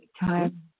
time